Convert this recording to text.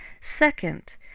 second